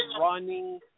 running